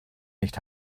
nicht